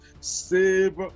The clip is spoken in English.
save